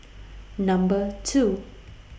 Number two